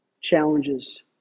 challenges